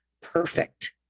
perfect